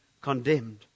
condemned